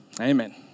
Amen